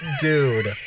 Dude